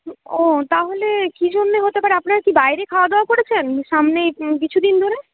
ও তাহলে কী জন্যে হতে পারে আপনার কি বাইরে খাওয়াদাওয়া করেছেন সামনেই কিছু দিন ধরে